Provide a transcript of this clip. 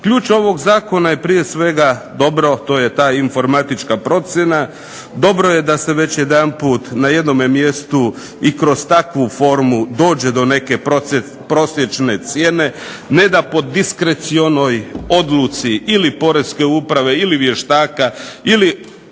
Ključ ovog zakona je prije svega dobro ta informatička procjena, dobro je da se već jedanput na jednom mjestu i kroz takvu formu dođe do neke prosječne cijene. Ne da po diskrecionoj odluci ili POreske uprave ili vještaka ili